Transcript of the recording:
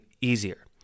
easier